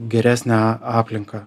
geresnę aplinką